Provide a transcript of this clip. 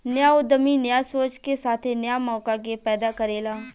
न्या उद्यमी न्या सोच के साथे न्या मौका के पैदा करेला